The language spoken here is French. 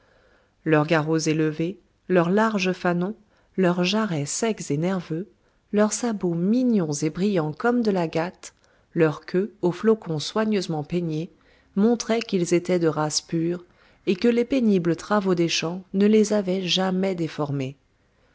leurs garrots élevés leurs larges fanons leurs jarrets secs et nerveux leurs sabots mignons et brillants comme de l'agate leur queue au flocon soigneusement peigné montraient qu'ils étaient de race pure et que les pénibles travaux des champs ne les avaient jamais déformés